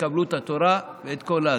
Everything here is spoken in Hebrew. תקבלו את התורה ואת כל הזה.